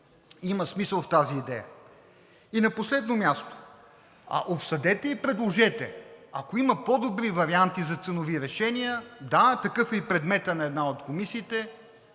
има смисъл в тази идея. И на последно място, обсъдете и предложете, ако има по-добри варианти за ценови решения, да, такъв е и предметът на една от комисиите,